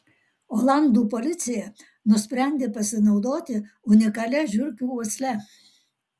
olandų policija nusprendė pasinaudoti unikalia žiurkių uosle